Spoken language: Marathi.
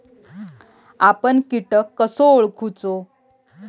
आपन कीटक कसो ओळखूचो?